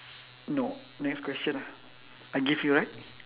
no next question lah I give you right